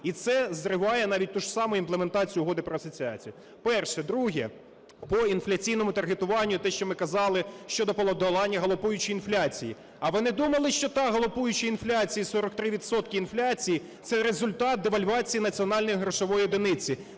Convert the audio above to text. І це зриває навіть ту ж саму імплементацію Угоди про асоціацію. Перше. Друге. По інфляційному таргетуванню - те, що ми казали, щодо подолання галопуючої інфляції. А ви не думали, що та галопуюча інфляція, 43 відсотки інфляції – це результат девальвації національної грошової одиниці,